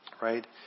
Right